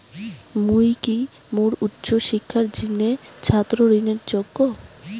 মুই কি মোর উচ্চ শিক্ষার জিনে ছাত্র ঋণের যোগ্য?